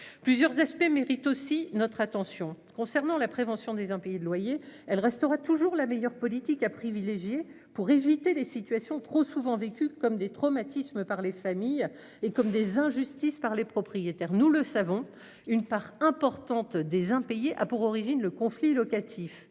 Plusieurs aspects méritent aussi notre attention concernant la prévention des impayés de loyers. Elle restera toujours la meilleure politique à privilégier pour éviter les situations trop souvent vécus comme des traumatismes par les familles et comme des injustices par les propriétaires, nous le savons, une part importante des impayés a pour origine le conflit locatif